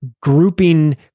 grouping